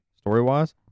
story-wise